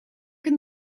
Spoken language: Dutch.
een